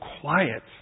quiet